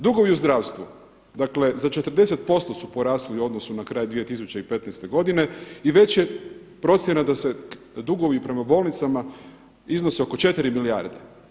Dugovi u zdravstvu, dakle za 40% su porasli u odnosu na kraj 2015. godine i već je procjena da se dugovi prema bolnicama iznose oko 4 milijarde.